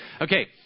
Okay